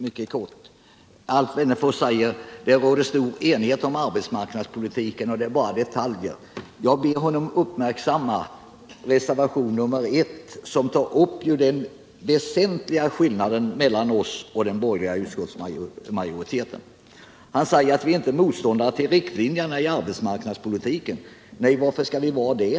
Herr talman! Alf Wennerfors säger att det råder stor enighet om arbetsmarknadspoltiken och att det bara är detaljer som skiljer oss åt. Jag ber honom uppmärksamma reservationen 1, som tar upp den väsentliga skillnaden mellan oss och den borgerliga utskottsmajoriteten. Alf Wennerfors säger att vi inte är motståndare till riktlinjerna i arbetsmarknadspolitiken. Nej, varför skulle vi vara det?